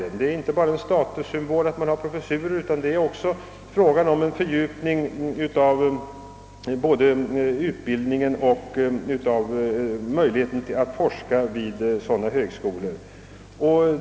Professurerna är inte bara en statussymbol; de medför också en förbättring av utbildningen och av möjligheterna att forska vid sådana högskolor.